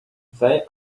they